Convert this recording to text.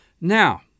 Now